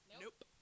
Nope